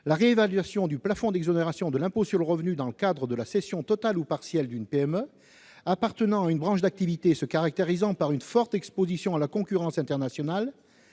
la réévaluation du plafond d'exonération de l'impôt sur les sociétés dans le cadre de la cession totale ou partielle d'une PME appartenant à une branche d'activité se caractérisant par une forte exposition à la concurrence internationale,